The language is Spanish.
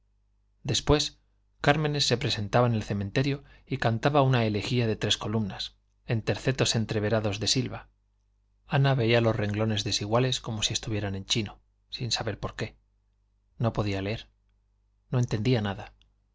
después cármenes se presentaba en el cementerio y cantaba una elegía de tres columnas en tercetos entreverados de silva ana veía los renglones desiguales como si estuvieran en chino sin saber por qué no podía leer no entendía nada